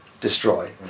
destroy